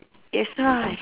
that's why